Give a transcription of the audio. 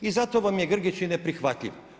I zato vam Grgić i neprihvatljiv.